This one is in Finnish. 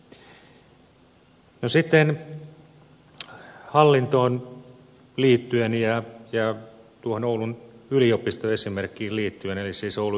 sitten hallintoon liittyen ja oulun yliopisto esimerkkiin liittyen